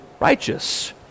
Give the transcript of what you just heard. Righteous